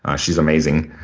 ah she's amazing.